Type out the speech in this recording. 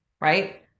right